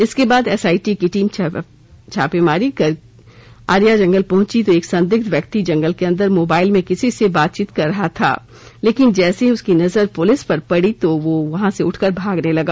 इसके बाद एसआईटी की टीम छापेमारी कर आर्या जंगल पहुंची तो एक संदिग्ध ब्यक्ति जंगल के अंदर मोबाईल में किसी से बातचीत कर रहा था लेकिन जैसे ही उसकी नजर पुलिस पड़ी तो वह वहां से उठकर भागने लगा